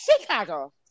Chicago